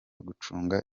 gucunga